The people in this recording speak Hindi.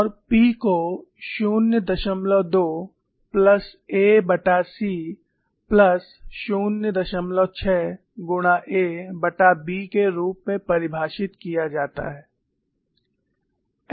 और p को 02 प्लस ac प्लस 06 गुणा a B के रूप में परिभाषित किया जाता है